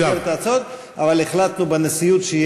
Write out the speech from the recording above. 1646, אבל השרה לא ענתה.